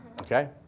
Okay